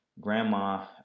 grandma